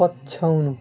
पछ्याउनु